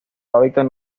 hábitat